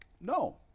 No